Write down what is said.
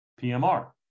PMR